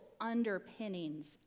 underpinnings